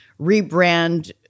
rebrand